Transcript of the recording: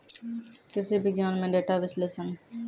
कृषि विज्ञान में डेटा विश्लेषण